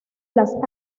las